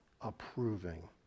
approving